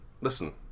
listen